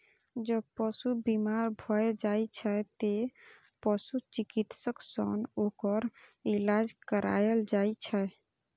जब पशु बीमार भए जाइ छै, तें पशु चिकित्सक सं ओकर इलाज कराएल जाइ छै